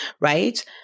Right